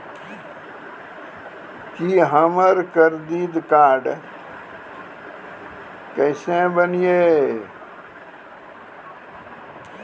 की हमर करदीद कार्ड केसे बनिये?